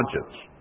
conscience